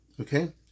okay